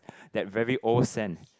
that very old scent